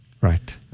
Right